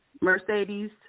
Mercedes